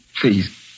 Please